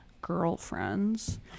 girlfriends